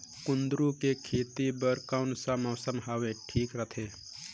कुंदूरु के खेती बर कौन सा मौसम हवे ठीक रथे?